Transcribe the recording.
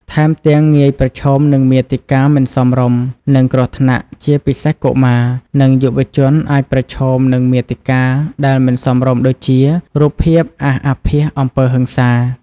ថែមទាំងងាយប្រឈមនឹងមាតិកាមិនសមរម្យ និងគ្រោះថ្នាក់ ជាពិសេសកុមារ និងយុវជនអាចប្រឈមនឹងមាតិកាដែលមិនសមរម្យដូចជារូបភាពអាសអាភាសអំពើហិង្សា។